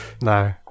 no